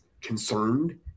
concerned